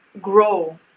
grow